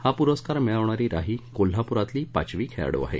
हा पुरस्कार मिळवणारी राही कोल्हापूरातली पाचवी खेळाडू आहे